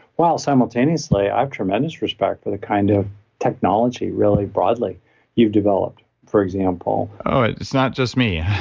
while simultaneously i have tremendous respect for the kind of technology really broadly you've developed for example it's not just me,